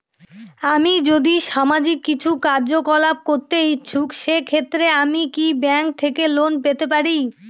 আমি যদি সামাজিক কিছু কার্যকলাপ করতে ইচ্ছুক সেক্ষেত্রে আমি কি ব্যাংক থেকে লোন পেতে পারি?